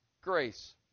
Grace